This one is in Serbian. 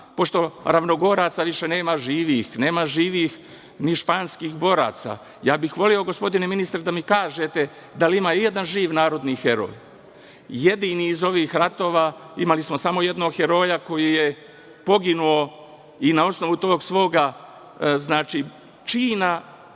pošto ravnogoraca više nema živih, nema živih ni španskih boraca, ja bih voleo gospodine ministre da mi kažete da li ima i jedan živ narodni heroj? Jedini iz ovih ratova imali smo samo jednog heroja koji je poginuo i na osnovu tog svoga čina